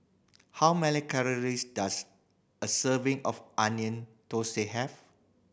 how many calories does a serving of Onion Thosai have